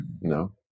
No